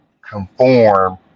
conform